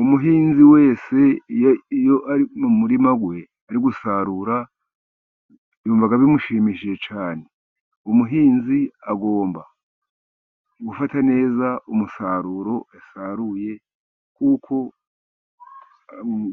Umuhinzi wese iyo ari mu murima we, ari gusarura yumva bimushimishije cyane. Umuhinzi agomba gufata neza umusaruro asaruye kuko